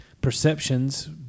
Perceptions